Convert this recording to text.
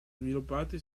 sviluppati